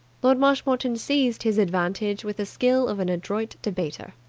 lord marshmoreton seized his advantage with the skill of an adroit debater.